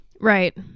Right